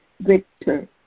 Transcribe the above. Victor